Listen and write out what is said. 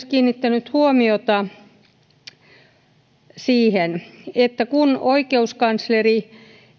kiinnittänyt huomiota myös siihen että kun oikeuskansleri